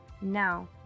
Now